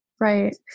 Right